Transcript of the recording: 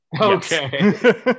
okay